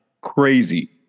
Crazy